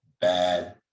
bad